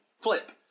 flip